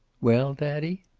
well, daddy?